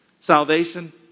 Salvation